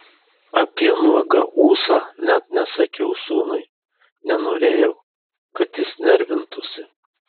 apie nuogą ūsą net nesakiau sūnui nenorėjau kad jis nervintųsi